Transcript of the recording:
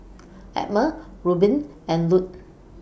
Emma Reuben and Lute